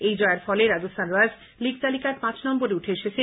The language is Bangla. এই জয়ের ফলে রাজস্থান রয়্যালস লীগ তালিকার পাঁচ নম্বরে উঠে এসেছে